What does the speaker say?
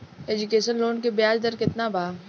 Education loan के ब्याज दर केतना बा?